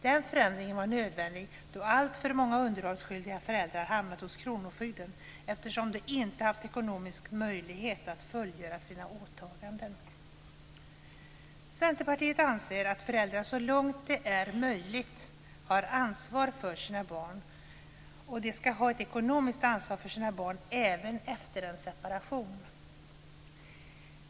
Den förändringen var nödvändig då alltför många underhållsskyldiga föräldrar hamnat hos kronofogden eftersom de inte haft ekonomisk möjlighet att fullgöra sina åtaganden. Centerpartiet anser att föräldrar så långt det är möjligt har ansvar för sina barn. De ska ha ett ekonomiskt ansvar för sina barn även efter en separation.